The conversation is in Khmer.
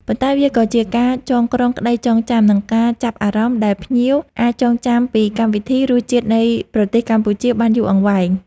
ប៉ុន្តែវាក៏ជាការចងក្រងក្តីចងចាំ និងការចាប់អារម្មណ៍ ដែលភ្ញៀវអាចចងចាំពីកម្មវិធី រសជាតិនៃប្រទេសកម្ពុជា បានយូរអង្វែង។